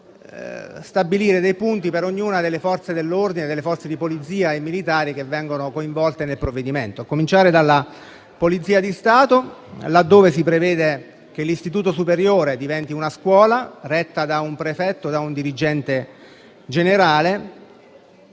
- di stabilire dei punti per ognuna delle Forze dell'ordine, delle Forze di polizia e militari che vengono coinvolte nel provvedimento. Comincio dalla Polizia di Stato, laddove si prevede che l'istituto superiore diventi una scuola, retta da un prefetto, un dirigente generale.